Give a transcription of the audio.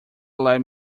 led